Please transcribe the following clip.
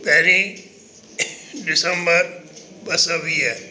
पहिरीं डिसंबर ॿ सौ वीह